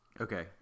Okay